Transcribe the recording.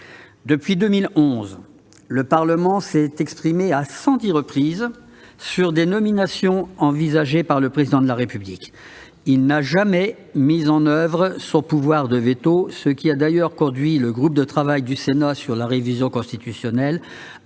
Depuis 2011, le Parlement s'est exprimé à 110 reprises sur des nominations envisagées par le Président de la République. Il n'a jamais mis en oeuvre son pouvoir de veto, ce qui a d'ailleurs conduit le groupe de travail du Sénat sur la révision constitutionnelle